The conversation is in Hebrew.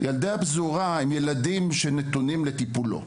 האם ילדי הפזורה הם ילדים שנתונים לטיפולו?